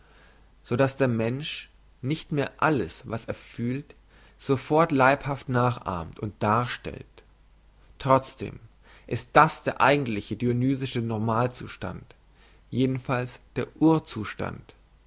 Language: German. so dass der mensch nicht mehr alles was er fühlt sofort leibhaft nachahmt und darstellt trotzdem ist das der eigentlich dionysische normalzustand jedenfalls der urzustand